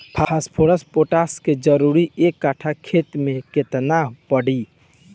Phosphorus potash के जरूरत एक कट्ठा खेत मे केतना पड़ी?